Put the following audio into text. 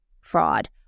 fraud